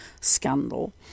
scandal